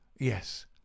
yes